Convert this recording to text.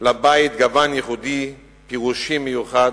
לבית גוון ייחודי, 'פרושי' מיוחד,